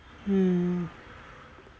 mm